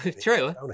True